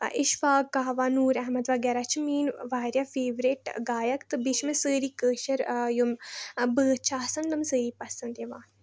اِشفاق کاوا نوٗر احمد وَغیٖرہ چھِ میٲنۍ واریاہ فیورٹ گایک تہٕ بیٚیہِ چھِ مےٚ سٲری کٲشر یِم بٲتھ چھِ آسان تِم سٲری پَسند یِوان